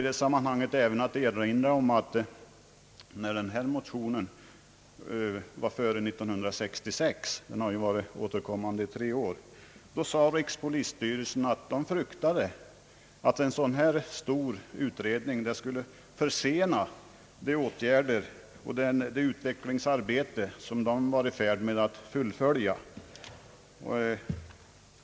Låt mig även erinra om att när motionen var före 1966 — den har ju återkommit i tre år — sade rikspolisstyrelsen att man fruktade att en sådan stor utredning skulle försena de åtgärder och det utvecklingsarbete som styrelsen var i färd med.